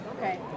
okay